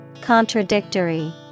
Contradictory